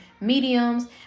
mediums